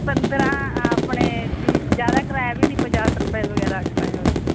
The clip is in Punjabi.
ਪੰਦਰਾਂ ਆਪਣੇ ਜੀ ਜ਼ਿਆਦਾ ਕਿਰਾਇਆ ਵੀ ਨਹੀਂ ਪਚਾਸ ਰੁਪਏ ਵਗੈਰਾ ਕਿਰਾਇਆ ਵਾ ਜੀ